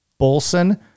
Bolson